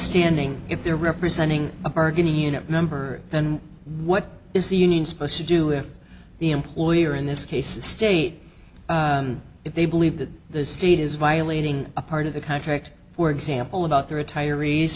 standing if they're representing a bargaining unit number and what is the union supposed to do if the employer in this case state if they believe that the state is violating a part of the contract for example about the retiree